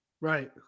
Right